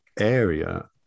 area